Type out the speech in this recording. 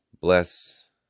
Bless